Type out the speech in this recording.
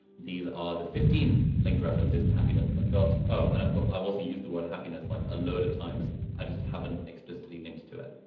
these are the fifteen linked references to happiness that i've got. oh, and i've got, i've also used the word happiness, like a load of times. i just haven't explicitly linked to it.